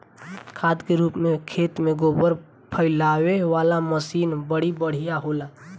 खाद के रूप में खेत में गोबर फइलावे वाला मशीन बड़ी बढ़िया होला